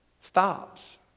stops